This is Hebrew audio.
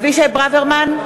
ברוורמן,